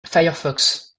firefox